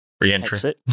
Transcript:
Re-entry